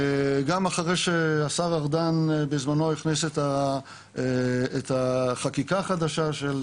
גם אחרי שהשר ארדן בזמנו הכניס את החקיקה החדשה של